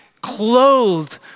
clothed